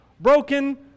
broken